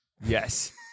yes